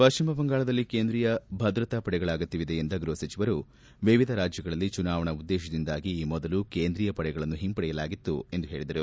ಪಶ್ಲಿಮ ಬಂಗಾಳದಲ್ಲಿ ಕೇಂದ್ರೀಯ ಭದ್ರತಾ ಪಡೆಗಳ ಅಗತ್ಯವಿದೆ ಎಂದ ಗೃಹ ಸಚಿವರು ವಿವಿಧ ರಾಜ್ಲಗಳಲ್ಲಿ ಚುನಾವಣಾ ಉದ್ದೇಶದಿಂದಾಗಿ ಈ ಮೊದಲು ಕೇಂದ್ರೀಯ ಪಡೆಗಳನ್ನು ಹಿಂಪಡೆಯಲಾಗಿತ್ತು ಎಂದು ಹೇಳದರು